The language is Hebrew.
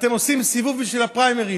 אתם עושים סיבוב בשביל הפריימריז.